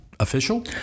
Official